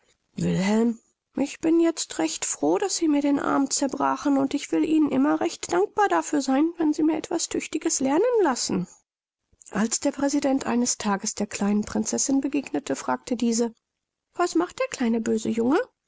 ich bin jetzt recht froh daß sie mir den arm zerbrachen und ich will ihnen immer recht dankbar dafür sein wenn sie mir etwas tüchtiges lernen lassen als der präsident eines tages der kleinen prinzessin begegnete fragte diese was macht der kleine böse junge